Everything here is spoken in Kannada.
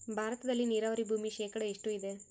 ಭಾರತದಲ್ಲಿ ನೇರಾವರಿ ಭೂಮಿ ಶೇಕಡ ಎಷ್ಟು ಇದೆ?